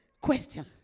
Question